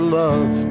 love